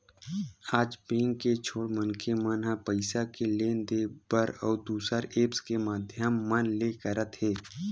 आज बेंक के छोड़ मनखे मन ह पइसा के लेन देन बर अउ दुसर ऐप्स के माधियम मन ले करत हे